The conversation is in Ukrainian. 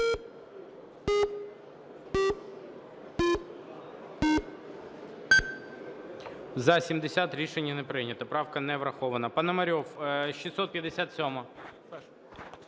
За-70 Рішення не прийнято, правка не врахована. Пономарьов, 657-а.